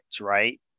right